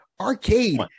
arcade